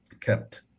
kept